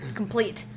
complete